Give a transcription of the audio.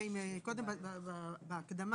בהקדמה